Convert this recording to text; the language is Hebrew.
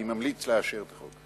אני ממליץ לאשר את החוק.